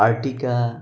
Ertiga